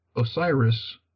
Osiris